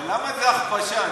אבל למה זה הכפשה?